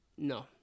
no